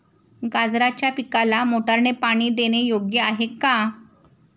गाजराच्या पिकाला मोटारने पाणी देणे योग्य आहे का?